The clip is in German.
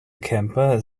camper